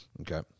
Okay